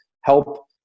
help